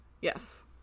Yes